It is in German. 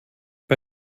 bei